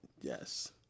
Yes